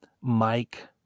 Mike